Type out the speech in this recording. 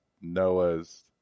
Noah's